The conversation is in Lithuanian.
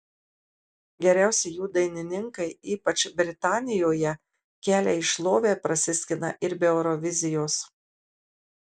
geriausi jų dainininkai ypač britanijoje kelią į šlovę prasiskina ir be eurovizijos